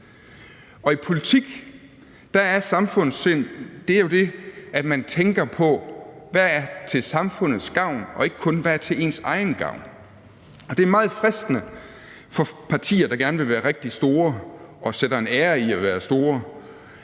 Og i politik er samfundssind jo det, at man tænker på, hvad der er til samfundets gavn, og ikke kun på, hvad der er til ens egen gavn. Det er meget fristende for partier, der gerne vil være rigtig store og sætter en ære i at være store.